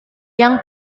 yang